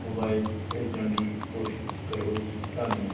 mobile ਭੇਜਣ ਦੀ ਕੋਸ਼ਿਸ਼ ਕਰੋ ਜੀ ਧੰਨਵਾਦ